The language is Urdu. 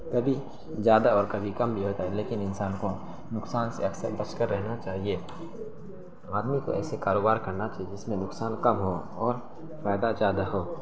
کبھی زیادہ اور کبھی کم بھی ہوتا ہے لیکن انسان کو نقصان سے اکثر بچ کر رہنا چاہیے آدمی کو ایسے کاروبار کرنا چاہیے جس میں نقصان کم ہو اور فائدہ زیادہ ہو